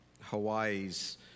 Hawaii's